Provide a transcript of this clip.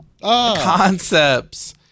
concepts